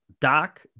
Doc